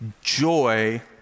Joy